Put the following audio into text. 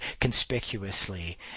conspicuously